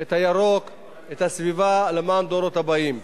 את הירוק, את הסביבה, למען הדורות הבאים.